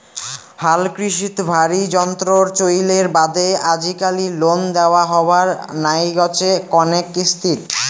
হালকৃষিত ভারী যন্ত্রর চইলের বাদে আজিকালি লোন দ্যাওয়া হবার নাইগচে কণেক কিস্তিত